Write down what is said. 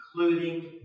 including